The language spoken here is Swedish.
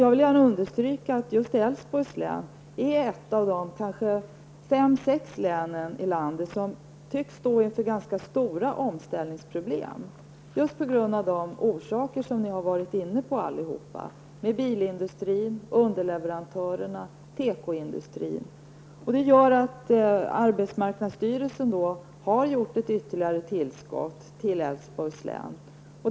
Jag vill gärna understryka att just Älvsborgs län är ett av de fem eller sex län i landet som tycks stå inför ganska stora omställningsproblem, just av de skäl som alla talare här varit inne på: problemen för bilindustrin, underleverantörerna och tekoindustrin. Detta har medfört att arbetsmarknadsstyrelsen har gett Älvsborgs län ett extra tillskott.